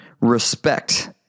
respect